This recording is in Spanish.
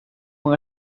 con